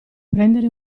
prendere